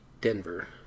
Denver